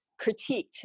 critiqued